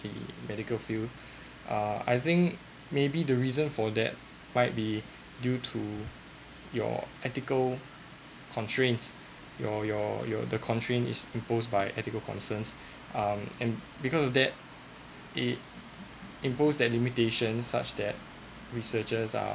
the medical field uh I think maybe the reason for that might be due to your ethical constraints your your your the constraints is imposed by ethical concerns um and because of that it imposed that limitations such that researchers are